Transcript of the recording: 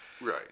Right